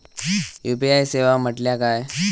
UPI सेवा म्हटल्या काय?